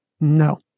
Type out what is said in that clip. No